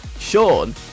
Sean